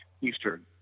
Eastern